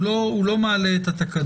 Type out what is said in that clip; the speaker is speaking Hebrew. הוא לא מעלה את התקנות,